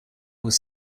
was